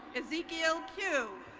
ezequiel kiu.